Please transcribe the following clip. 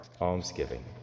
almsgiving